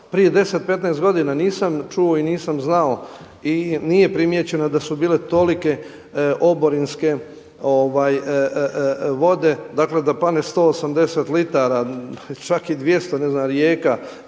prije 10, 15 godina nisam čuo i nisam znao i nije primijećeno da su bile tolike oborinske vode, dakle da padne 180 litara čak i 200, ne znam, Rijeka,